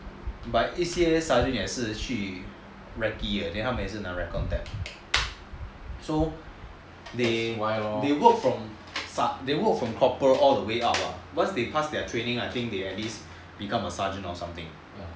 but A_C_S_N suddenly 也是去 reccee eh then 他们也是拿 reckon tag so they work form corporal all the way up once they pass their training I think they will at least become a sergeant or something